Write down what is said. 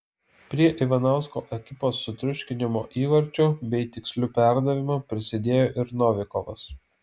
prie ivanausko ekipos sutriuškinimo įvarčiu bei tiksliu perdavimu prisidėjo ir novikovas